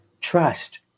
Trust